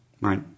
Right